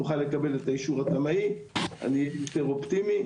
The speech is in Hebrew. נוכל לקבל את האישור התמ"אי ואז אני אהיה יותר אופטימי.